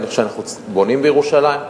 אבל אנחנו בונים בירושלים,